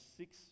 six